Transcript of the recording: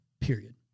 period